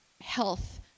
health